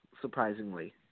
surprisingly